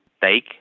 take